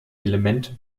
elemente